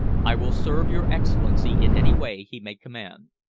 i will serve your excellency in any way he may command.